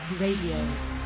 Radio